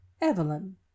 Evelyn